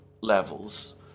levels